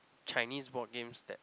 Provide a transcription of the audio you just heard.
Chinese board games that